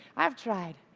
i've tried.